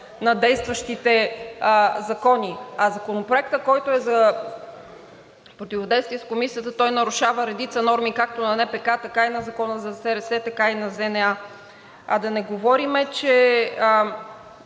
на действащите закони. А Законопроектът, който е за противодействие на корупцията, нарушава редица норми както на НПК, така и на Закона за СРС, така и на ЗНА. А да не говорим, че